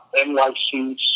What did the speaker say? NYC